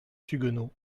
suguenot